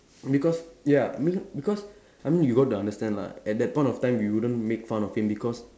because ya I mean because I mean you got to understand lah at that point of time we wouldn't make fun of him because